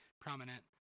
prominent